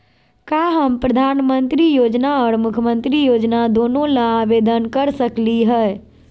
का हम प्रधानमंत्री योजना और मुख्यमंत्री योजना दोनों ला आवेदन कर सकली हई?